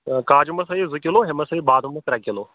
کاجوٗ منٛز تھٲیِو زٕ کِلوٗ ہُمہِ منٛز تھٲیِو بادَم منٛز ترٛےٚ کِلوٗ